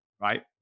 right